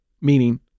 meaning